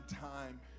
time